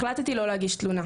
החלטתי לא להגיש תלונה.